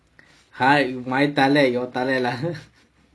hey my தலை:thalai your தலை:thalai lah